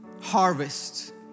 harvest